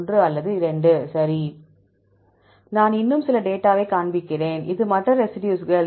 1 அல்லது 2 சரி நான் இன்னும் சில டேட்டாவை காண்பிக்கிறேன் இது மற்ற ரெசிடியூஸ்கள்